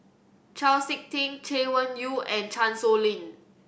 Chau Sik Ting Chay Weng Yew and Chan Sow Lin